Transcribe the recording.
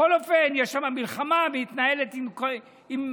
בכל אופן יש שם מלחמה מתנהלת עם אוקראינה.